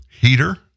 heater